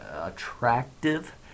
attractive